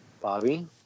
Bobby